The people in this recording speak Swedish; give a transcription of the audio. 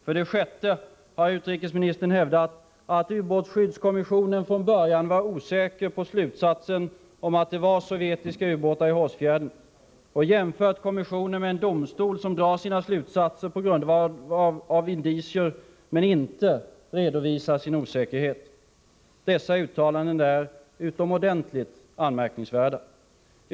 För det sjätte har utrikesministern hävdat att ubåtsskyddskommissionen från början var osäker på slutsatsen att det var sovjetiska ubåtar i Hårsfjärden och jämfört kommissionen med en domstol som drar sina slutsatser på grundval av indicier men inte redovisar sin osäkerhet. Dessa uttalanden är utomordentligt anmärkningsvärda.